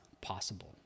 possible